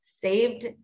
Saved